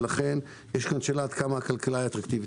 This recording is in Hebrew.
ולכן יש כאן שאלה עד כמה הכלכלה היא אטרקטיבית.